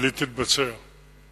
אבל היא תתבצע במלואה.